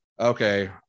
Okay